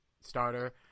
starter